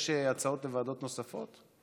יש הצעות לוועדות נוספות?